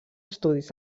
estudis